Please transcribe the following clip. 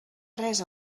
res